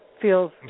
Feels